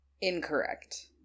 incorrect